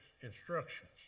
instructions